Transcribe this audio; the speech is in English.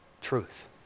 truth